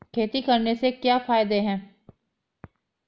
खेती करने से क्या क्या फायदे हैं?